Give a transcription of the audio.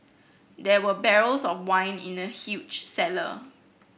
there were barrels of wine in the huge cellar